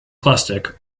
plastic